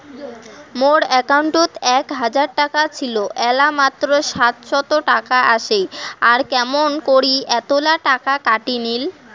মোর একাউন্টত এক হাজার টাকা ছিল এলা মাত্র সাতশত টাকা আসে আর কেমন করি এতলা টাকা কাটি নিল?